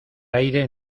aire